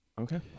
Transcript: okay